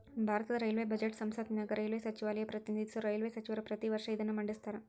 ಭಾರತದ ರೈಲ್ವೇ ಬಜೆಟ್ನ ಸಂಸತ್ತಿನ್ಯಾಗ ರೈಲ್ವೇ ಸಚಿವಾಲಯ ಪ್ರತಿನಿಧಿಸುವ ರೈಲ್ವೇ ಸಚಿವರ ಪ್ರತಿ ವರ್ಷ ಇದನ್ನ ಮಂಡಿಸ್ತಾರ